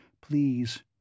Please